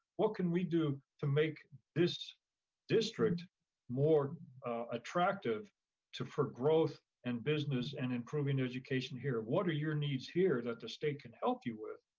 what can we do to make this district more attractive for growth and business and improving education here? what are your needs here that the state can help you with?